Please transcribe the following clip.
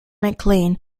mclean